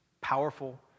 powerful